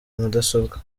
mudasobwa